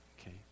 okay